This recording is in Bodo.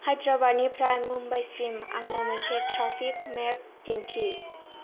हाइदाराबादनिफ्राइ मुमबाइसिम आंनो मोनसे ट्राफिक मेप दिन्थि